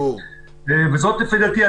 לדעתי,